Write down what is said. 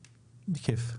בהתאם.